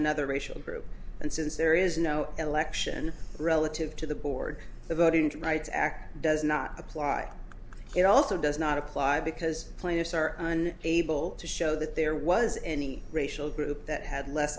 another racial group and since there is no election relative to the board the voting rights act does not apply it also does not apply because plaintiffs are on able to show that there was any racial group that had less